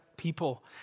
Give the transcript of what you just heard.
People